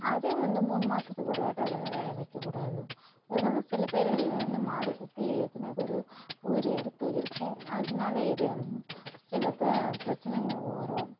அதே வந்து மூணு மாதத்துக்கு ஒருவாட்டி அதெல்லாம் வெ வைக்ககூடாது அதுக்குன்னு சில பேர் இந்து மாடு குத்தி எத்தனையோ பேர் உயிர் இறப்பு இருக்கும் அதனால இது சில ப பிரச்சினைங்க வரும்